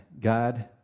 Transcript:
God